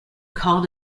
called